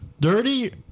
dirty